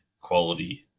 quality